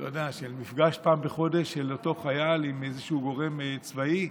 מפגש פעם בחודש של אותו חייל עם איזה גורם צבאי,